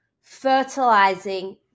fertilizing